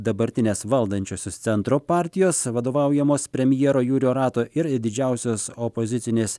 dabartinės valdančiosios centro partijos vadovaujamos premjero jurio rato ir didžiausios opozicinės